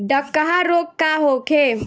डकहा रोग का होखे?